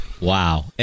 wow